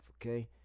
okay